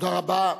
תודה רבה.